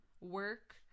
work